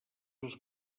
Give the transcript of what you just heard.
els